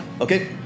Okay